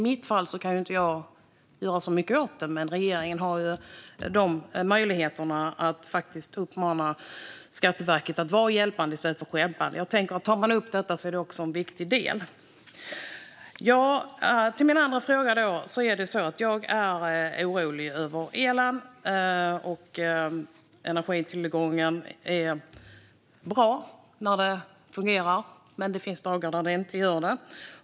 Jag kan inte göra så mycket åt det, men regeringen har ju möjligheterna att faktiskt uppmana Skatteverket att vara hjälpande i stället för stjälpande. Tar man upp detta är det en viktig del. Min andra fråga gäller att jag är orolig över elen. Energitillgången är bra när det fungerar, men det finns dagar när det inte gör det.